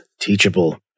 Teachable